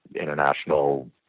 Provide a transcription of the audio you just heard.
international